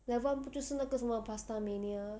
level one 不就是那个什么 Pasta Mania